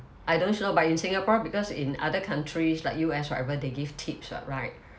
I don't know but in singapore because in other countries like U_S whatever they give tips [what] right